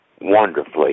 wonderfully